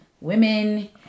women